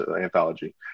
anthology